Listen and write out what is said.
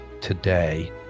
today